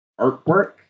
artwork